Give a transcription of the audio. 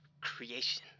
creation